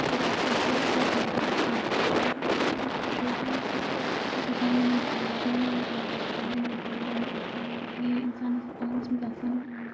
تہٕ مےٚ چھُ واریاہ زیادٕ دِلَس گَژھان بیٚیہِ چھَس بہٕ واریاہ زیادٕ شوقیٖن تہِ بہٕ چھَس نٔے نٔے پوش نٔے نٔے مَطلَب نٔے نٔے پوش اگر آسَن بیٚیہِ اِنسانَن آنٛگنَس مَنٛز آسَن